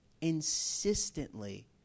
insistently